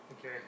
Okay